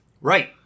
Right